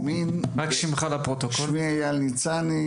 שמי אייל ניצני,